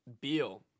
Beal